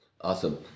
Awesome